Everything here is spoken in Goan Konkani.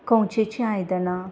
कवचेचीं आयदनां